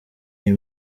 iyi